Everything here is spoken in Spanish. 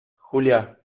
julia